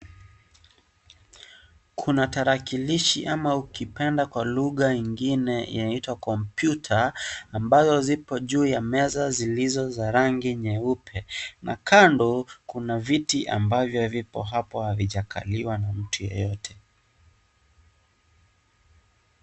Kuna tarakilishi ama ukipenda kwa lugha ingine inaitwa kompyuta ambayo ziko juu ya meza zilizo za rangi nyeupe, na kando kuna viti ambavyo vipo hapo havijakaliwa na mtu yeyote.